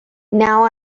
now